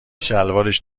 شلوارش